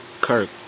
Kirk